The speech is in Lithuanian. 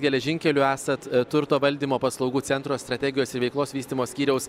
geležinkelių esat turto valdymo paslaugų centro strategijos ir veiklos vystymo skyriaus